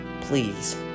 Please